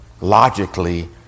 logically